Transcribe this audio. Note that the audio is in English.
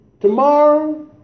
Tomorrow